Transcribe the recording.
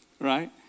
Right